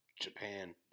Japan